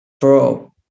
bro